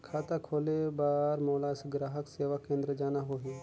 खाता खोले बार मोला ग्राहक सेवा केंद्र जाना होही?